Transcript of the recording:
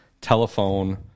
telephone